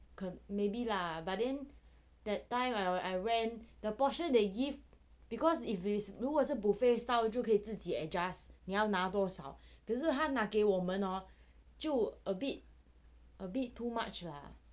maybe lah but then that time I we~ I went the portion hor they give because if it's 如果是 buffet style 就可以自己 adjust 你要拿多少可是它拿给我们拿就 a bit a bit too much lah